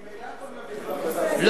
ממילא, לא.